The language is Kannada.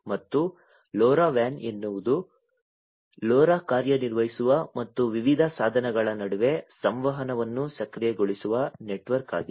ಮತ್ತು LoRa WAN ಎನ್ನುವುದು LoRa ಕಾರ್ಯನಿರ್ವಹಿಸುವ ಮತ್ತು ವಿವಿಧ ಸಾಧನಗಳ ನಡುವೆ ಸಂವಹನವನ್ನು ಸಕ್ರಿಯಗೊಳಿಸುವ ನೆಟ್ವರ್ಕ್ ಆಗಿದೆ